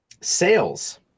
sales